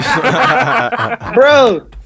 bro